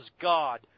God